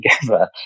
together